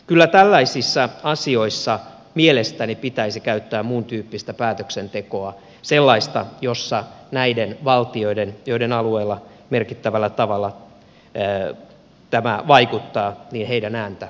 kyllä tällaisissa asioissa mielestäni pitäisi käyttää muuntyyppistä päätöksentekoa sellaista jossa näiden valtioiden joiden alueella merkittävällä tavalla tämä vaikuttaa ääntä kuunneltaisiin